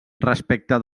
respecte